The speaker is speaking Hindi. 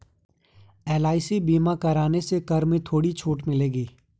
एल.आई.सी बीमा करवाने से कर में थोड़ी छूट मिलेगी